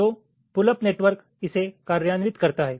तो pull up network इसे कार्यान्वित करता है